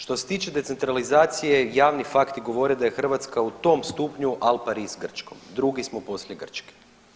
Što se tiče decetralizacije, javni fakti govore da je Hrvatska u tom stupnju al pari s Grčkom, drugi smo poslije Grčke.